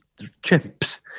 chimps